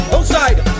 Outside